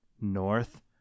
North